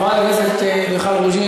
היו"ר בצלאל סמוטריץ: חברת הכנסת מיכל רוזין,